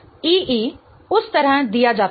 तो प्रतिशत ee उस तरह दिया जाता है